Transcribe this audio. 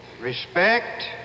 respect